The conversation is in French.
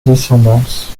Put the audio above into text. descendance